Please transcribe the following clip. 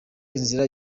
inzira